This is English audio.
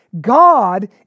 God